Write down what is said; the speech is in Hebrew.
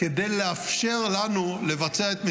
כדי לאפשר לנו לבצע את משימותינו.